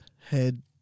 head